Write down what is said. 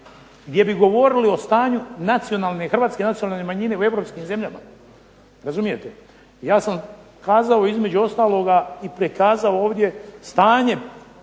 gdje bi govorili o stanju nacionalne, hrvatske nacionalne manjine u europskim zemljama. Razumijete? Ja sam kazao između ostaloga i …/Govornik se ne